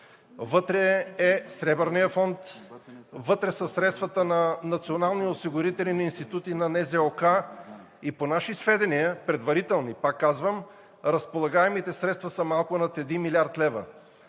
Вътре е Сребърният фонд, вътре са средствата на Националния осигурителен институт и на НЗОК. По наши сведения – предварителни, пак казвам – разполагаемите средства са малко над 1 млрд. лв.